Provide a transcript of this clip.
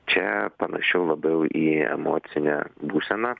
čia panašiau labiau į emocinę būseną